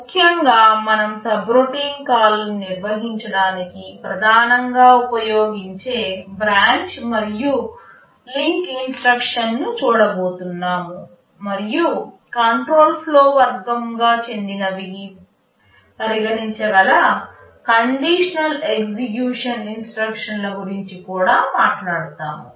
ముఖ్యంగా మనము సబ్రొటీన్ కాల్లను నిర్వహించడానికి ప్రధానంగా ఉపయోగించే బ్రాంచ్ మరియు లింక్ ఇన్స్ట్రక్షన్ను చూడబోతున్నాము మరియు కంట్రోల్ ఫ్లో వర్గం చెందినవిగా పరిగణించగల కండిషనల్ ఎగ్జిక్యూషన్ ఇన్స్ట్రక్షన్ ల గురించి కూడా మాట్లాడుతాము